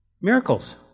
Miracles